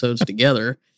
together